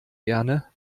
gerne